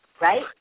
Right